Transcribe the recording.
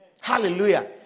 Hallelujah